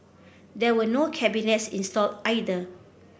there were no cabinets installed either